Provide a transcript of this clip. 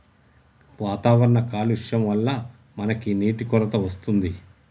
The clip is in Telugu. వాతావరణ కాలుష్యం వళ్ల మనకి నీటి కొరత వస్తుంది